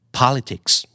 politics